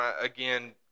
Again